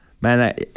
man